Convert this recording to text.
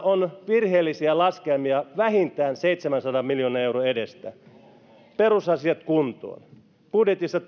on virheellisiä laskelmia vähintään seitsemänsadan miljoonan euron edestä perusasiat kuntoon budjetissa